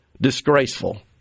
disgraceful